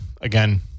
Again